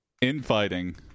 infighting